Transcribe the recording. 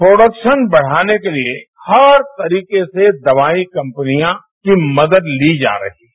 production बढ़ाने के लिए हर तरीके से दवाई कपनियों की मदद ली जा रही है